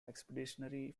expeditionary